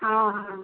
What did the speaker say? हाँ हाँ